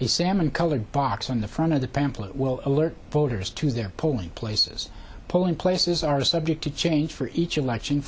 the salmon colored box on the front of the pamphlet will alert voters to their polling places polling places are subject to change for each election